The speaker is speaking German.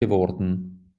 geworden